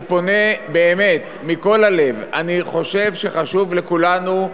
אני פונה מכל הלב, אני חושב שחשוב לכולנו,